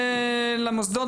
עבד,